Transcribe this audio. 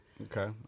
Okay